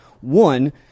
One